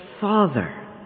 father